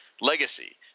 legacy